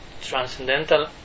transcendental